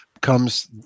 comes